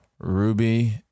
Ruby